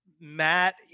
Matt